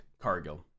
Cargill